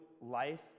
life